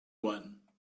one